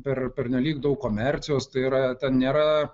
per pernelyg daug komercijos tai yra ten nėra